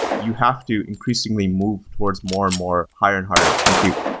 you have to increasingly move towards more and more, higher and higher compute.